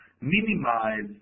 minimize